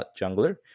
jungler